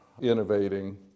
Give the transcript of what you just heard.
innovating